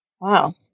Wow